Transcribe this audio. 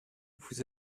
vous